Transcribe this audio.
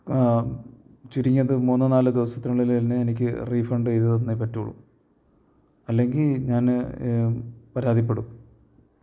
ചുരുങ്ങിയത് മൂന്നോ നാലോ ദിവസത്തിനുള്ളിൽ എന്നെ എനിക്ക് റീഫണ്ട് ചെയ്തു തന്നേ പറ്റുകയുള്ളൂ അല്ലെങ്കിൽ ഞാൻ പരാതിപ്പെടും